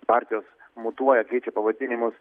partijos mutuoja keičia pavadinimus